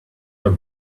are